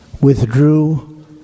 withdrew